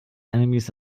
enemies